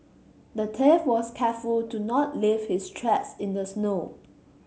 the thief was careful to not leave his tracks in the snow